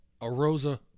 Arosa